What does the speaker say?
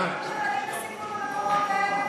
ילדים בסיכון במקומות האלה?